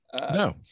No